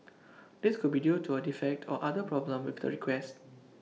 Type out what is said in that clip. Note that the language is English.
this could be due to A defect or other problem with the request